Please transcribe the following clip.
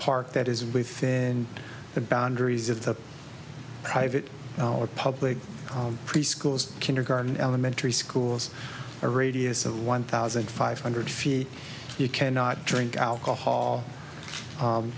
park that is within the boundaries of the private or public pre schools kindergarten elementary schools a radius of one thousand five hundred feet you cannot drink alcohol